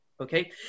Okay